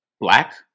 Black